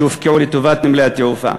שהופקעו לטובת נמלי התעופה.